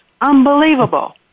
Unbelievable